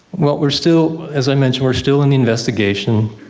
well we're still, as i mentioned, we're still in the investigation.